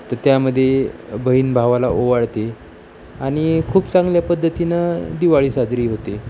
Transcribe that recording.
तर त्यामध्ये बहीण भावाला ओवाळते आणि खूप चांगल्या पद्धतीनं दिवाळी साजरी होते